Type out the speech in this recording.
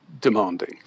demanding